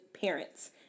parents